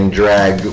drag